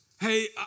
hey